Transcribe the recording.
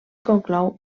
conclou